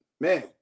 man